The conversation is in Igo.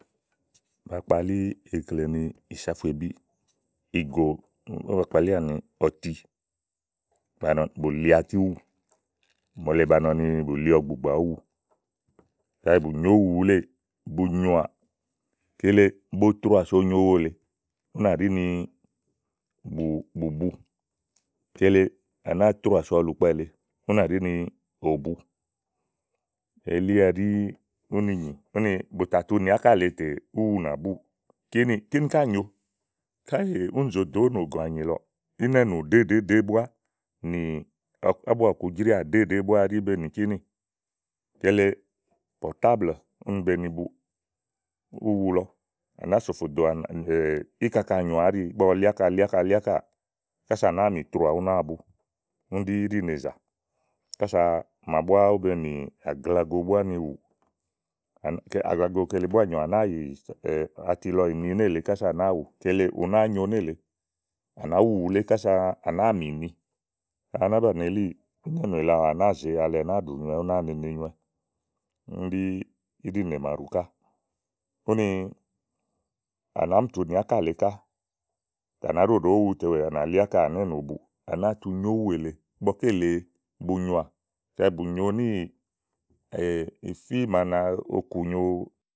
Ba kpalí ikle ni isáfuébí ìgò ówò ba kpalíà ni ɔti bù tànɔ bùli ati úwù mòole bàa nɔ ni bùli ɔ̀gbùgbà úwù kayiki bù nyo úwù wuléè bu bu nyoà kele bo troà so unyowo lèe ú nà ɖí ni bù bu kele pɩcɛɛɣɖɛ ànàáa troà so ɔ̀lùkpɛ lèe, ù nà ɖí ni òbu elí ɛɖí ùni nyì úni bù tà tu nì álxà lèe tè úwù nà búù kini ká nyoò káèé únì zoò dò ówò nògò ànyi lɔɔ̀ ínɛ̀nu ɖèé ɖeé ɖèé búá nì ábua ɔ̀kujríà ɖèé ɖèé búá ɛɖí be nì kíní kele pɔ̀rtáblɛ úni beni bu úwulɔ, à nàáa sòfò ɖò íkaka lìià áɖì ígbɔ ɔwɔ sò fà ɖò ígbɔ ɔwɔ lì ákà lì ákà lì ákà kása à nàáa mìtroà únàa bu. Yáúní ɖí íɖinèzà kása màa búàá ówó benì àglago búá ni wù àglago lɔ kile búá nyòo ànàáa yì ɔti lɔ yì ni néleè kása à nàá wù kele ùnàáa nyo nélèe, à nàá wu wùlé kása à nàá mì yì ni ka áná banii elìi, ínɛ̀nùèle aɖu à nàá zèe alɛ nàá ɖù nyowɛ únáa nene nyowɛ úni ɖí íɖì nè nàaɖu ká úni à nàá mì tu nì áka lèe ká tè ànaá ɖoɖò úwù tè ànàlí áki à ni énoò buù ànàaa tu nyo úwù èle ígbɔké lee bu nyoà bu nyo ní ìfí màa no kùnyo.